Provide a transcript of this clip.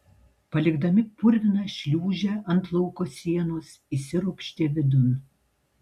palikdami purviną šliūžę ant lauko sienos įsiropštė vidun